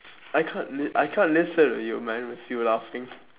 I can't li~ I can't listen to you man if you laughing